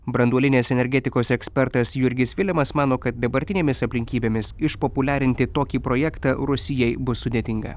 branduolinės energetikos ekspertas jurgis vilemas mano kad dabartinėmis aplinkybėmis išpopuliarinti tokį projektą rusijai bus sudėtinga